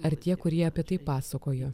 ar tie kurie apie tai pasakojo